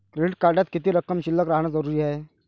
Credit कार्डात किती रक्कम शिल्लक राहानं जरुरी हाय?